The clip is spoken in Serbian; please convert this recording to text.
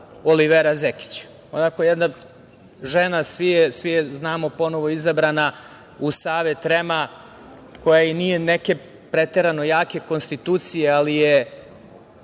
Olivera Zekić. Onako jedna žena, svi je znamo, ponovo izabrana u Savet REM-a, koja i nije neke preterano jake konstitucije, ali je